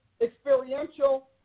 Experiential